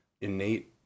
innate